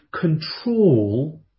control